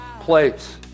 place